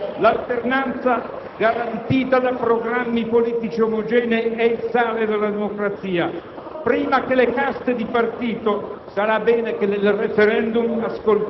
L'alternanza garantita da programmi politici omogenei è il sale della democrazia, prima che le caste di partito